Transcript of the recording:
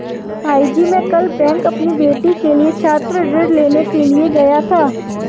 भाईजी मैं कल बैंक अपनी बेटी के लिए छात्र ऋण लेने के लिए गया था